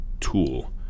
tool